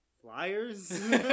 Flyers